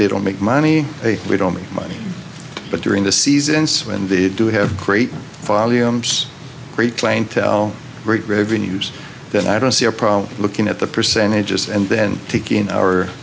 they don't make money we don't make money but during the season when they do have great great clientele great revenues then i don't see a problem looking at the percentages and then taking our